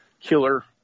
killer